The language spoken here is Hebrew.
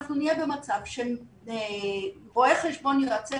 אנחנו נהיה במצב שרואי חשבון ויועצי